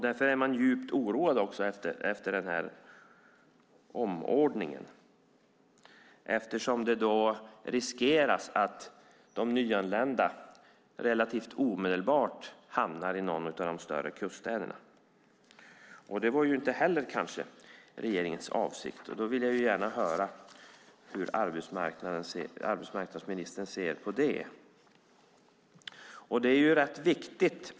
Därför är man djupt oroad efter den omordning som skett. Risken finns nämligen att de nyanlända relativt omedelbart hamnar i någon av de större kuststäderna, och inte heller det var kanske regeringens avsikt. Därför vill jag gärna höra hur arbetsmarknadsministern ser på det.